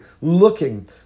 looking